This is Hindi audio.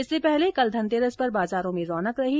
इससे पहले कल धनतेरस पर बाजारों में रौनक रही